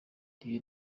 ibi